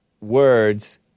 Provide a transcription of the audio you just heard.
words